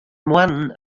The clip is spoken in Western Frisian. moannen